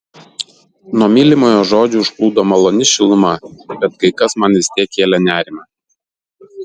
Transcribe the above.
nuo mylimojo žodžių užplūdo maloni šiluma bet kai kas man vis tiek kėlė nerimą